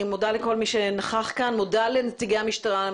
אני מודה לכל מי שנכח כאן מודה לנציגי המשטרה,